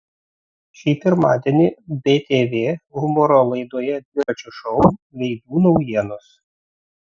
šį pirmadienį btv humoro laidoje dviračio šou veidų naujienos